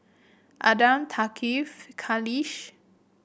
Adam Thaqif Khalish